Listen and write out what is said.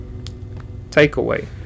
Takeaway